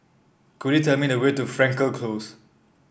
could you tell me the way to Frankel Close